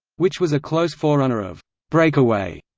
which was a close forerunner of breakaway.